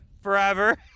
forever